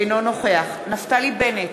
אינו נוכח נפתלי בנט,